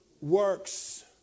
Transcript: works